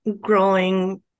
growing